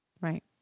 Right